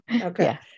Okay